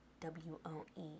W-O-E